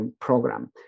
Program